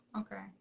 okay